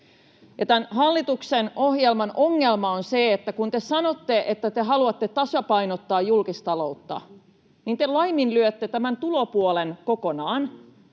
Tämän hallituksen ohjelman ongelma on se, että kun te sanotte, että te haluatte tasapainottaa julkistaloutta, niin te laiminlyötte tulopuolen kokonaan,